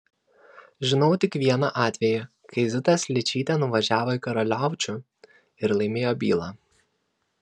žinau tik vieną atvejį kai zita šličytė nuvažiavo į karaliaučių ir laimėjo bylą